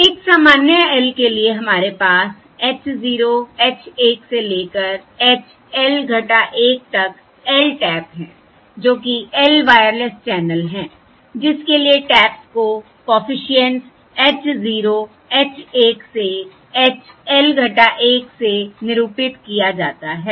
एक सामान्य L के लिए हमारे पास h 0 h 1 से लेकर h L 1 तक L टैप है जो कि L वायरलेस चैनल है जिसके लिए टैप्स को कॉफिशिएंट्स h 0 h 1 से h L 1 से निरूपित किया जाता है